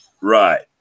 Right